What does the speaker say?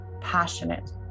passionate